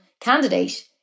candidate